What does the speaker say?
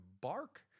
Bark